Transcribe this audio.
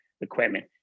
equipment